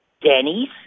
Denny's